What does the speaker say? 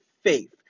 faith